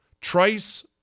Trice